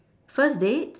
first date